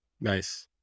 Nice